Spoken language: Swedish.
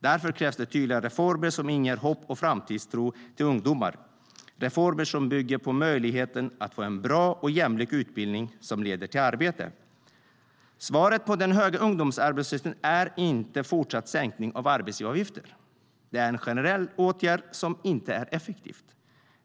Därför krävs tydliga reformer som inger hopp och framtidstro till ungdomar - reformer som bygger på möjligheten att få en bra och jämlik utbildning som leder till ett arbete. Svaret på den höga ungdomsarbetslösheten är inte en fortsatt sänkning av arbetsgivaravgifter. Det är en generell åtgärd som inte är effektiv.